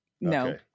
no